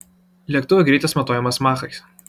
lėktuvų greitis matuojamas machais